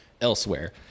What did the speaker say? elsewhere